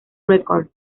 records